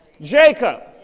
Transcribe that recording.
Jacob